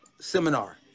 seminar